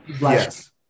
Yes